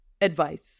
advice